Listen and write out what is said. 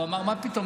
והוא אמר: מה פתאום,